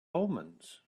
omens